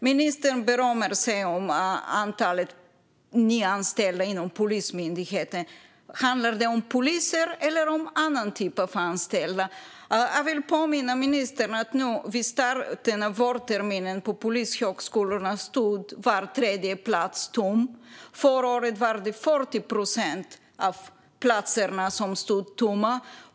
Ministern berömmer sig av antalet nyanställda inom Polismyndigheten, men handlar det om poliser eller om en annan typ av anställda? Jag vill påminna ministern om att vid starten av vårterminen på Polishögskolan stod var tredje plats tom. Förra året var det 40 procent av platserna som stod tomma.